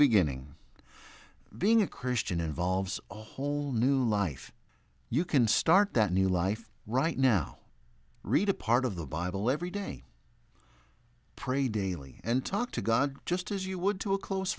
beginning being a christian involves a whole new life you can start that new life right now read a part of the bible every day pray daily and talk to god just as you would to a close